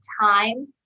time